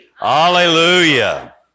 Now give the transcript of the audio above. Hallelujah